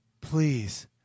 please